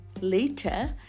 Later